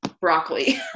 broccoli